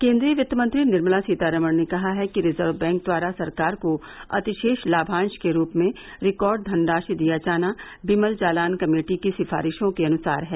केन्द्रीय वित्तमंत्री निर्मला सीतारामन ने कहा है कि रिजर्व बैंक द्वारा सरकार को अतिशेष लामांश के रूप में रिकॉर्ड धन राशि दिया जाना बिमल जालान कमेटी की सिफारिशों के अनुसार है